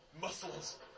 muscles